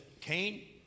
Cain